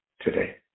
today